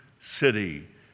city